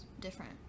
different